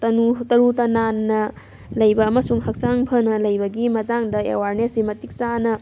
ꯇꯔꯨ ꯇꯅꯥꯟꯅ ꯂꯩꯕ ꯑꯃꯁꯨꯡ ꯍꯛꯆꯥꯡ ꯐꯅ ꯂꯩꯕꯒꯤ ꯃꯇꯥꯡꯗ ꯑꯦꯋꯥꯔꯅꯦꯁꯁꯤ ꯃꯇꯤꯛ ꯆꯥꯅ